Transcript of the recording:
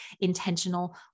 intentional